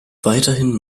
weiterhin